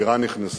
אירן נכנסה.